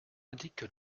indique